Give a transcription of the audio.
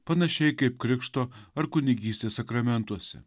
panašiai kaip krikšto ar kunigystės sakramentuose